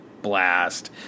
blast